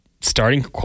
starting